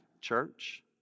church